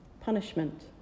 punishment